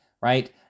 right